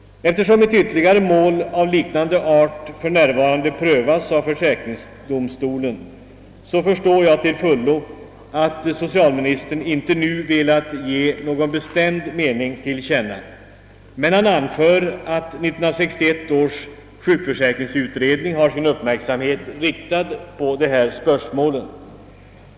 Eftersom ett ytterligare mål av liknande art för närvarande prövas av försäkringsdomstolen förstår jag till fullo att socialministern inte nu velat ge någon bestämd mening till känna, men han anför att 1961 års sjukförsäkringsutredning har sin uppmärksamhet riktad på dessa spörsmål.